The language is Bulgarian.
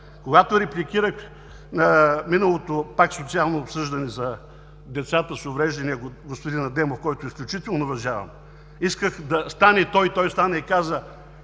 Когато репликирах на миналото, пак социално обсъждане за децата с увреждания, господин Адемов, когото изключително уважавам, исках да стане, той стана и каза: